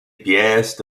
pièces